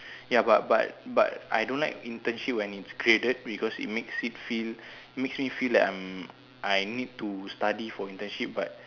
ya but but but I don't like internship when it's graded because it makes it feel makes me feel like I'm I need to study for internship but